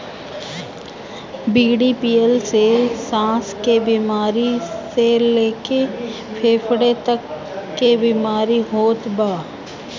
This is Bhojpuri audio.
बीड़ी पियला से साँस के बेमारी से लेके फेफड़ा तक के बीमारी होत बा